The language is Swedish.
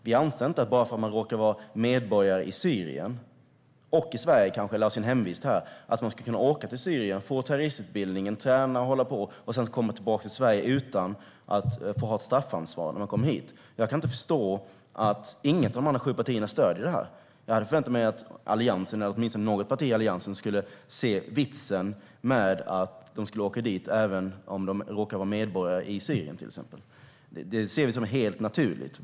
Vi anser inte att man bara för att man råkar vara medborgare i Syrien och i Sverige, eller kanske har sin hemvist här, ska kunna åka till Syrien och få terroristutbildning - träna och hålla på - och sedan komma tillbaka till Sverige och slippa straffansvar när man kommer hit. Jag kan inte förstå att inget av de andra sju partierna stöder detta. Jag hade förväntat mig att Alliansen, eller åtminstone något parti i Alliansen, skulle se vitsen med att de ska åka fast även om de till exempel råkar vara medborgare i Syrien. Det ser vi som helt naturligt.